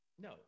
no